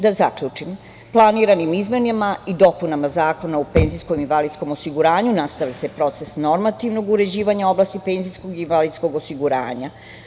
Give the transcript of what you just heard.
Da zaključim, planiranim izmenama i dopunama Zakona o penzijskom i invalidskom osiguranju nastavlja se proces normativnog uređivanja u oblasti penzijskog i invalidskog osiguranja.